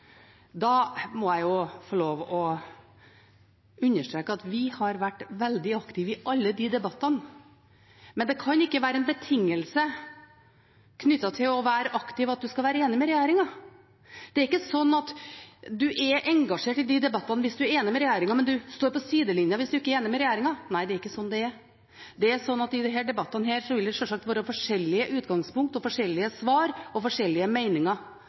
da Høyre på slutten stiller spørsmål i siste innlegg om hvor Senterpartiet har vært i de ulike debattene omkring beredskap de siste årene, må jeg få lov til å understreke at vi har vært veldig aktive i alle de debattene, men det kan ikke være en betingelse knyttet til å være aktiv at en skal være enig med regjeringen. Det er ikke slik at en er engasjert i de debattene hvis en er enig med regjeringen, men en står på sidelinja hvis en ikke er enig med regjeringen. Nei, det er ikke slik det er. I disse debattene vil det sjølsagt være forskjellige utgangspunkt, forskjellige svar